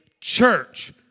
church